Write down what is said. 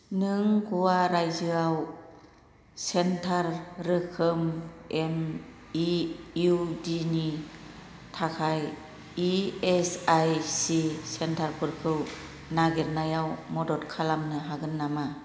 नों ग'वा रायजोआव सेन्टार रोखोम एम इ इउ दि नि थाखाय इ एस आइ सि सेन्टारफोरखौ नागिरनायाव मदद खालामनो हागोन नामा